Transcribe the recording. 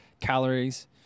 calories